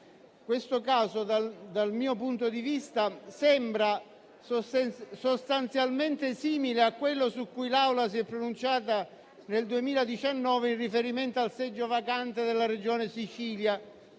Questo caso, dal mio punto di vista, sembra sostanzialmente simile a quello su cui l'Assemblea si è pronunciata nel 2019 in riferimento al seggio vacante della Regione Sicilia.